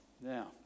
Now